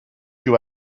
you